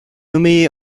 nommée